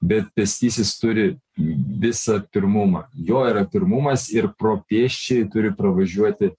bet pėstysis turi visą pirmumą jo yra pirmumas ir pro pėsčiąjį turi pravažiuoti